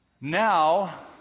Now